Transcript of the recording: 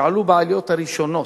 שעלו בעליות הראשונות.